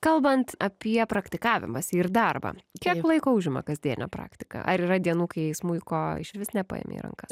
kalbant apie praktikavimąsi ir darbą kiek laiko užima kasdienė praktika ar yra dienų kai smuiko išvis nepaimi į rankas